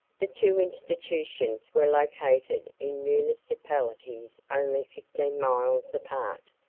the two institutions were located in municipalities only fifteen miles apart,